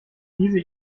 diese